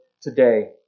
today